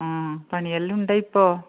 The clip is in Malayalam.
ആ പണിയെല്ലാം ഉണ്ടോ ഇപ്പോൾ